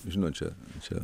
žinot čia čia